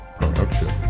production